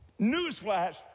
newsflash